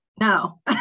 No